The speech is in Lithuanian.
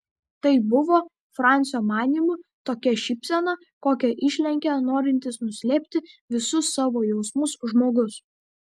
tai buvo francio manymu tokia šypsena kokią išlenkia norintis nuslėpti visus savo jausmus žmogus